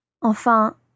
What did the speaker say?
Enfin